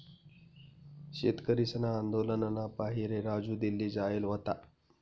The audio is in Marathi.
शेतकरीसना आंदोलनना पाहिरे राजू दिल्ली जायेल व्हता